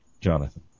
Jonathan